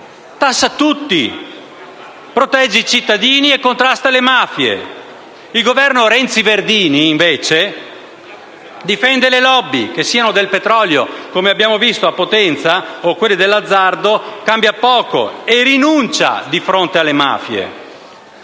tassa tutti, protegge i cittadini e contrasta le mafie. Il Governo Renzi-Verdini, invece, difende le *lobby*, che siano del petrolio - come abbiamo visto a Potenza - o dell'azzardo cambia poco, e rinuncia di fronte alle mafie.